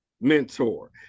mentor